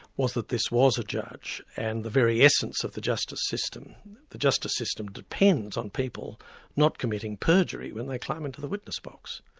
was that this was a judge, and the very essence of the justice system the justice system depends on people not committing perjury when they climb into the witness box.